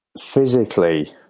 physically